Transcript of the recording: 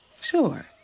Sure